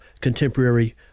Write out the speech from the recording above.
contemporary